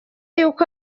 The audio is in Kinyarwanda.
y’uko